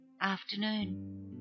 afternoon